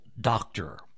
doctor